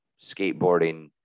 skateboarding